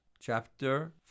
Chapter